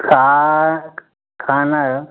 खाना है